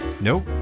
Nope